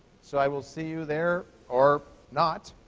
so i will see you there or not.